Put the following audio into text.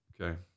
Okay